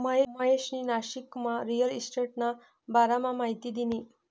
महेशनी नाशिकमा रिअल इशटेटना बारामा माहिती दिनी